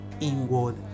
inward